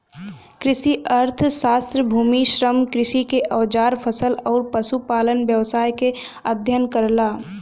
कृषि अर्थशास्त्र भूमि, श्रम, कृषि के औजार फसल आउर पशुपालन व्यवसाय क अध्ययन करला